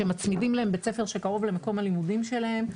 שמצמידים להם בית ספר שקרוב למקום הלימודים שלהם,